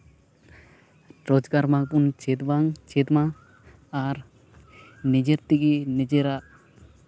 ᱨᱳᱡᱽᱜᱟᱨ ᱵᱟᱝ ᱛᱟᱵᱚᱱ ᱪᱮᱫ ᱵᱟᱝ ᱪᱮᱫᱢᱟ ᱟᱨ ᱱᱤᱡᱮᱨ ᱛᱮᱜᱮ ᱱᱤᱡᱮᱨᱟᱜ